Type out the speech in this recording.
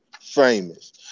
famous